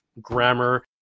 grammar